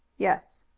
yes.